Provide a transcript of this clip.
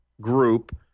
group